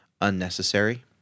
unnecessary